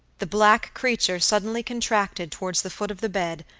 the black creature suddenly contracted towards the foot of the bed,